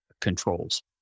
controls